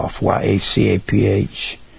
Y-A-C-A-P-H